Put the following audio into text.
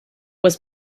was